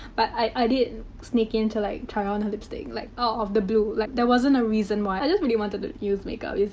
but i i did sneak in to, like, try on her lipstick. like, out ah of the blue. like, there wasn't a reason why. i just really wanted to use makeup, you see.